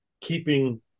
keeping –